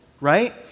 right